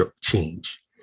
change